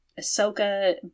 Ahsoka